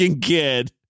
kid